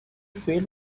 felt